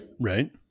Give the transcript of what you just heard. Right